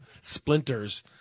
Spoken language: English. splinters